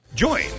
Join